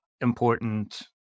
important